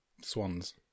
swans